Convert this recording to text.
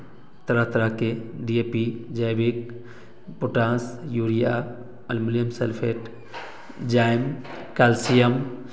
तरह तरह के डी ए पी जैविक पोटास यूरिया एल्यूमीनियम सल्फेट जैम कैल्शियम